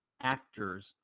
actors